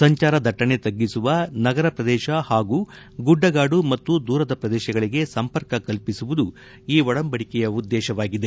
ಸಂಚಾರ ದಟ್ಟಣೆ ತಗ್ಗಿಸುವ ನಗರ ಪ್ರದೇಶ ಹಾಗೂ ಗುಡ್ಡಗಾಡು ಮತ್ತು ದೂರದ ಪ್ರದೇಶಗಳಿಗೆ ಸಂಪರ್ಕ ಕಲ್ಪಿಸುವುದು ಈ ಒಡಂಬಡಿಕೆ ಉದ್ದೇಶವಾಗಿದೆ